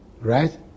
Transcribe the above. right